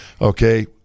Okay